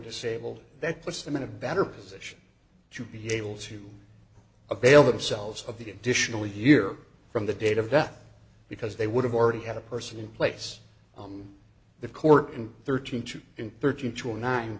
disabled that puts them in a better position to be able to avail themselves of the additional year from the date of death because they would have already had a person in place on the court in thirteen to in thirteen to a nine